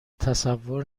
تصور